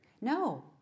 No